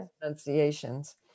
pronunciations